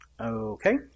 Okay